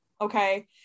okay